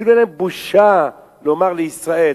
אפילו אין להם בושה לומר "לישראל".